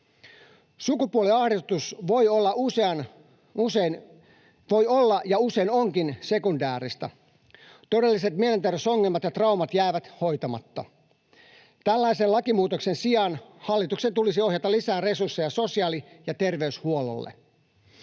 Sukupuoliahdistus voi olla, ja usein onkin, sekundääristä. Todelliset mielenterveysongelmat ja traumat jäävät hoitamatta. Tällaisen lakimuutoksen sijaan hallituksen tulisi ohjata lisää resursseja sosiaali- ja terveyshuollolle.